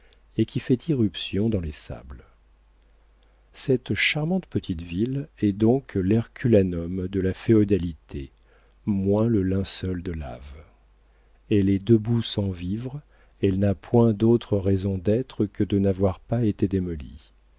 et qui a fait irruption dans les sables cette charmante petite ville est donc l'herculanum de la féodalité moins le linceul de lave elle est debout sans vivre elle n'a point d'autres raisons d'être que de n'avoir pas été démolie